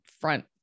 front